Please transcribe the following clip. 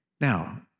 Now